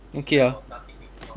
okay ah